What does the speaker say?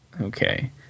Okay